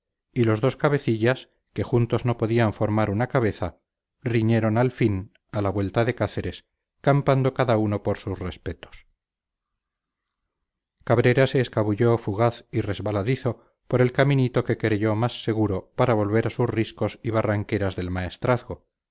y los dos cabecillas que juntos no podían formar una cabeza riñeron al fin a la vuelta de cáceres campando cada uno por sus respetos cabrera se escabulló fugaz y resbaladizo por el caminito que creyó más seguro para volver a sus riscos y barranqueras del maestrazgo